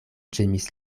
ĝemis